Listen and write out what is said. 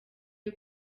iyo